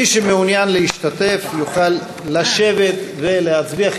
מי שמעוני להשתתף יוכל לשבת ולהצביע.